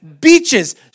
Beaches